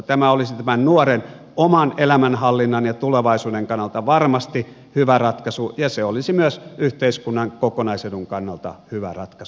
tämä olisi nuoren oman elämänhallinnan ja tulevaisuuden kannalta varmasti hyvä ratkaisu ja se olisi myös yhteiskunnan kokonaisedun kannalta hyvä ratkaisu